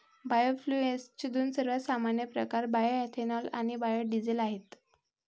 बायोफ्युएल्सचे दोन सर्वात सामान्य प्रकार बायोएथेनॉल आणि बायो डीझेल आहेत